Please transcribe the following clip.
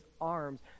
arms